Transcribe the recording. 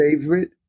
favorite